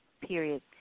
period